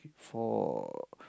for